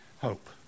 hope